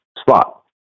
spot